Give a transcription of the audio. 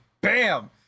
BAM